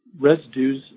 residues